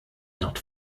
not